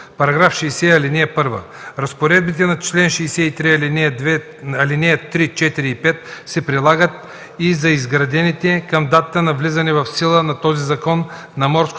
„§ 60. (1) Разпоредбите на чл. 63, ал. 3, 4 и 5 се прилагат и за изградените към датата на влизане в сила на този закон на морското